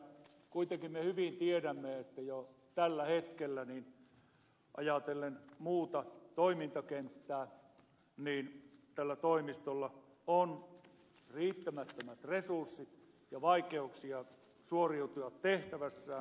kuitenkin me hyvin tiedämme että jo tällä hetkellä ajatellen muuta toimintakenttää tällä toimistolla on riittämättömät resurssit ja vaikeuksia suoriutua tehtävässään